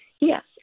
Yes